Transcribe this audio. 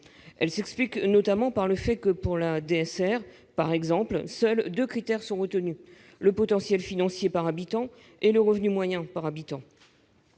Elle s'explique notamment par le fait que, pour la DSR par exemple, seuls deux critères sont retenus : le potentiel fiscal par habitant et le revenu moyen par habitant.